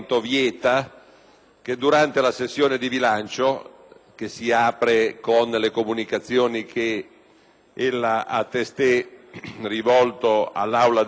che durante la sessione di bilancio, che si apre con le comunicazioni che ella ha testé rivolto all'Assemblea del Senato,